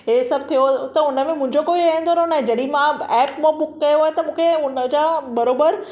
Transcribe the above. इहो सभु थियो त हुन में मुंहिंजो कोई लेनो देनो नाहे जॾहिं मां एप मां बुक कयो आहे त मूंखे हुनजा बराबरि